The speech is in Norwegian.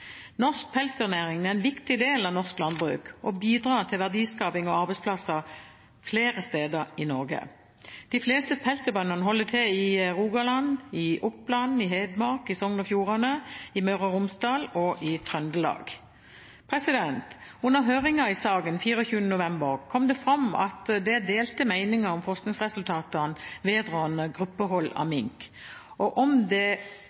norsk landbruk og bidrar til verdiskaping og arbeidsplasser flere steder i Norge. De fleste pelsdyrbøndene holder til i Rogaland, i Oppland, i Hedmark, i Sogn og Fjordane, i Møre og Romsdal og i Trøndelag. Under høringen i saken 24. november kom det fram at det er delte meninger om forskningsresultatene vedrørende gruppehold av mink, og om det